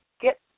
get